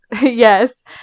Yes